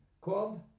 called